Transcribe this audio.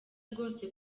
rwose